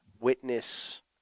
witness